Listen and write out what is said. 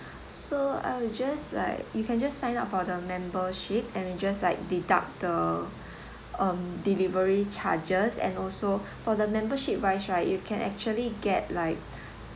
so I'll just like you can just sign up for the membership and we just like deduct the um delivery charges and also for the membership-wise right you can actually get like